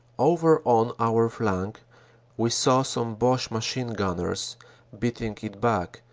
over on our flank we saw some bache machine-gunners beating it back,